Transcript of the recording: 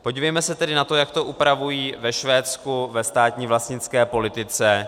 Podívejme se tedy na to, jak to upravují ve Švédsku ve státní vlastnické politice.